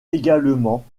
également